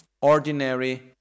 ordinary